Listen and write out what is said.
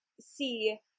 see